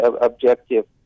objective